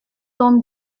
donc